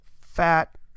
fat